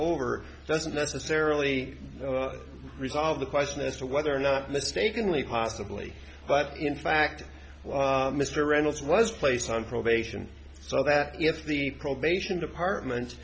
necessarily resolve the question as to whether or not mistakenly possibly but in fact mr reynolds was placed on probation so that if the probation department